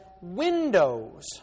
windows